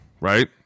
Right